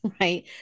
Right